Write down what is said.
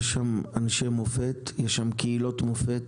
שיש שם אנשי מופת, יש שם קהילות מופת.